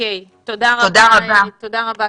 תודה רבה.